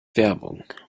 werbung